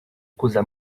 causa